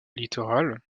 littoral